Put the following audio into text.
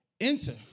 enter